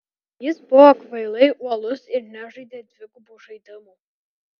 jis buvo kvailai uolus ir nežaidė dvigubų žaidimų